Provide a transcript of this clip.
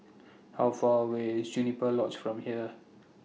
How Far away IS Juniper Lodge from here